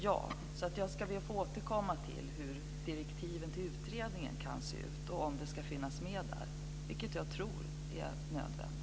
Jag ska be att få återkomma till hur direktiven till utredningen ska se ut och om det ska finnas med där, vilket jag tror är nödvändigt.